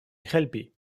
helpi